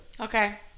Okay